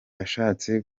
ashatse